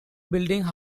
building